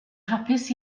hapus